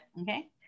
Okay